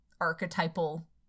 archetypal